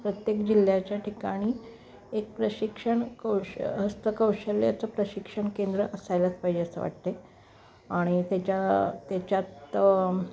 प्रत्येक जिल्ह्याच्या ठिकाणी एक प्रशिक्षण कौश हस्तकौशल्याचे प्रशिक्षण केंद्र असायलाच पाहिजे असे वाटतं आहे आणि त्याच्या त्याच्यात